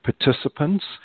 participants